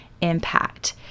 impact